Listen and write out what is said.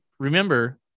Remember